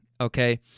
okay